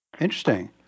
Interesting